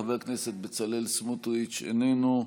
חבר הכנסת בצלאל סמוטריץ' איננו,